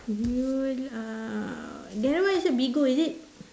new uh that one is uh Bigo is it